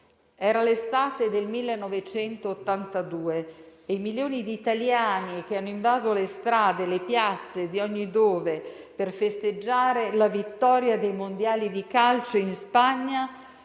Era l'estate del 1982 e i milioni di italiani che hanno invaso le strade e le piazze di ogni dove per festeggiare la vittoria dei Mondiali di calcio in Spagna